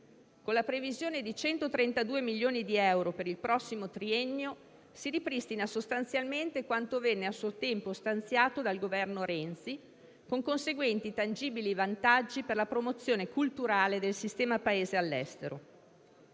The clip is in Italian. Con la previsione di 132 milioni di euro per il prossimo triennio si ripristina sostanzialmente quanto venne a suo tempo stanziato dal Governo Renzi, con conseguenti e tangibili vantaggi per la promozione culturale del sistema Paese all'estero.